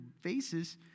faces